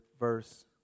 Verse